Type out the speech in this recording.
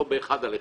לא באחד על אחד,